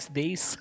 days